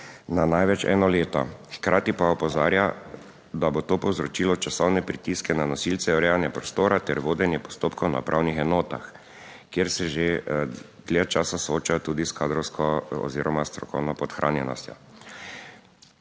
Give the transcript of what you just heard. na največ eno leto, hkrati pa opozarja, da bo to povzročilo časovne pritiske na nosilce urejanja prostora ter vodenje postopkov na upravnih enotah, kjer se že dlje časa sooča tudi s kadrovsko oziroma strokovno podhranjenostjo.